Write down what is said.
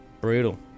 brutal